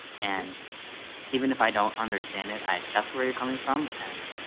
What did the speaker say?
and even if i don't understand it, i accept where you're coming from, and